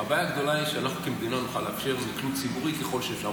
הבעיה הגדולה היא שאנחנו כמדינה נוכל לאפשר מקלוט ציבורי ככל שאפשר.